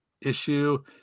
issue